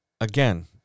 Again